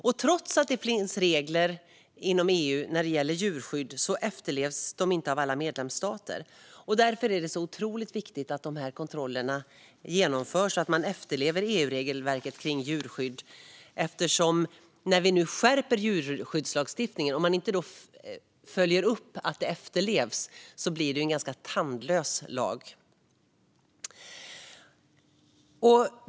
De regler som finns inom EU när det gäller djurskydd efterlevs inte av alla medlemsstater. Därför är det så otroligt viktigt att de här kontrollerna genomförs och att man efterlever EU-regelverket kring djurskydd. Vi skärper djurskyddslagstiftningen, men om man inte följer upp att den efterlevs blir det en ganska tandlös lag.